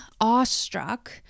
awestruck